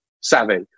savvy